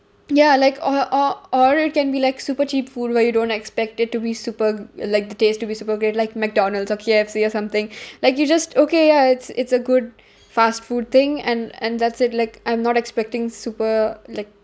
ya like or or or it can be like super cheap food where you don't expect it to be super like the taste to be super good like mcdonald's or K_F_C or something like you just okay ya it's it's a good fast food thing and and that's it like I'm not expecting super like